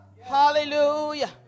Hallelujah